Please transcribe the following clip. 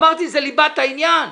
אמרתי, זה ליבת העניין.